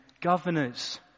governors